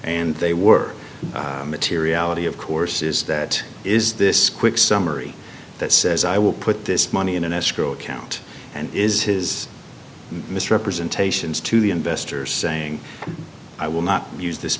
and they were materiality of course is that is this quick summary that says i will put this money in an escrow account and is his misrepresentations to the investor saying i will not use this